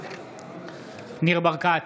ניר ברקת,